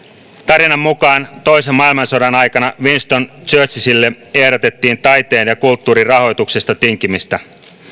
tarinan mukaan toisen maailmansodan aikana winston churchillille ehdotettiin taiteen ja kulttuurin rahoituksesta tinkimistä